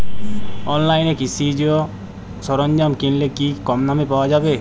অনলাইনে কৃষিজ সরজ্ঞাম কিনলে কি কমদামে পাওয়া যাবে?